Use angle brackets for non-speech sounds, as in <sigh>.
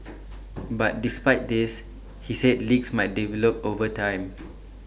<noise> but despite this he said leaks might develop over time